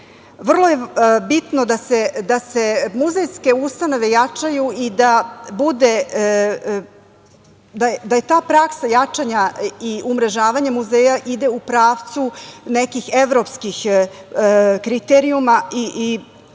Vrlo je bitno da se muzejske ustanove jačaju i da ta praksa jačanja i umrežavanja muzeja ide u pravcu nekih evropskih kriterijuma i